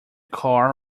car